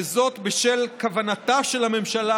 בשל כוונתה של הממשלה,